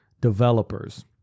developers